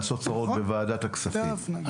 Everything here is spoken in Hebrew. לעשות צרות בוועדת הכספים.